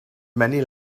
many